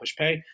PushPay